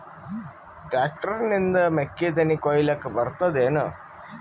Tractor ನಿಂದ ಮೆಕ್ಕಿತೆನಿ ಕೊಯ್ಯಲಿಕ್ ಬರತದೆನ?